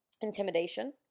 intimidation